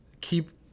keep